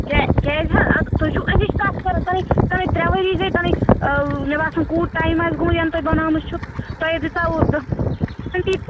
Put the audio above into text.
کیٛاہ کیٛازِ حظ اَدٕ تُہۍ چھُو أزِچ کَتھ کَران تۅہہِ تۅہے ترٛےٚ ؤری گٔے تَنٕے مےٚ باسان کوٗت ٹایم آسہِ گوٚمُت یَنہٕ تۄہہِ بَناومٕژ چھَو تۄہے دِژاوٕ